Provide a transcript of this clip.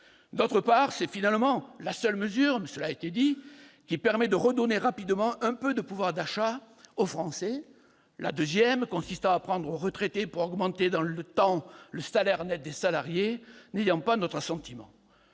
Ensuite, il s'agit de la seule mesure qui permette de redonner rapidement un peu de pouvoir d'achat aux Français- celle consistant à prendre aux retraités pour augmenter dans le temps le salaire net des salariés n'ayant pas notre assentiment.